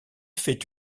fait